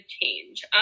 change